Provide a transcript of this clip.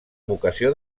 vocació